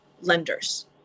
lenders